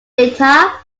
data